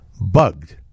bugged